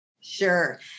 Sure